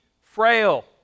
frail